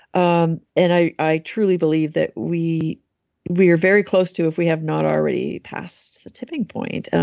um and i i truly believe that we we are very close to, if we have not already, passed the tipping point, and